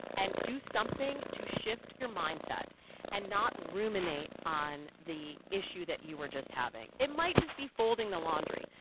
and do something to shift your mindset and not ruminate on the issue that you were just having it might just be folding the laundry,